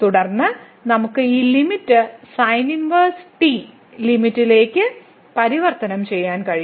തുടർന്ന് നമുക്ക് ഈ ലിമിറ്റ് sin 1t ലിമിറ്റ്ലേക്ക് പരിവർത്തനം ചെയ്യാൻ കഴിയും